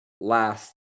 last